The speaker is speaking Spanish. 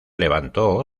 levantó